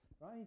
Right